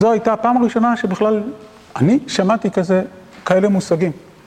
זו הייתה הפעם הראשונה שבכלל אני שמעתי כזה...כאלה מושגים.